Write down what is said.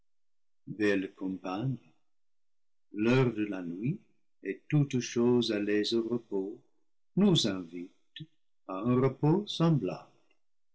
belle compagne l'heure de la nuit et toutes choses allées au repos nous invitent à un repos semblable